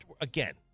again